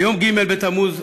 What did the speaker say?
ביום ג' בתמוז,